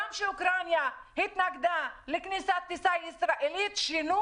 גם כשאוקראינה התנגדה לכניסה של ישראלים, שינו